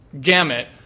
gamut